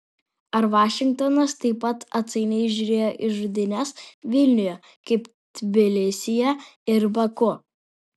ar vašingtonas taip pat atsainiai žiūrėjo į žudynes vilniuje kaip tbilisyje ir baku